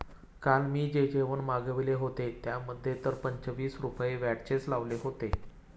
काल मी जे जेवण मागविले होते, त्यामध्ये तर पंचवीस रुपये व्हॅटचेच लावले होते